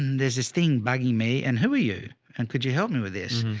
there's this thing baggy me and who are you and could you help me with this?